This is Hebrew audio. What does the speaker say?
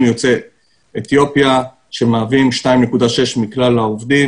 יוצאי אתיופיה שמהווים 2.6% מכלל העובדים.